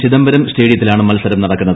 ചിദംബരം സ്റ്റേഡിയത്തിലാണ് മത്സരം നടക്കുന്നത്